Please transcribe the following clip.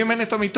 ואם אין מיטות,